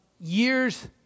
years